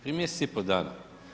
Prije mjesec i pol dana.